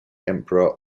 emperor